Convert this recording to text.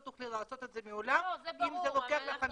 תוכלי לעשות את זה לעולם אם זה לוקח חמישה ימים.